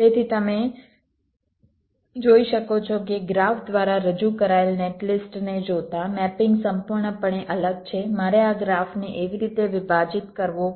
તેથી જેમ તમે જોઈ શકો છો કે ગ્રાફ દ્વારા રજૂ કરાયેલ નેટલિસ્ટને જોતાં મેપિંગ સંપૂર્ણપણે અલગ છે મારે આ ગ્રાફને એવી રીતે વિભાજિત કરવો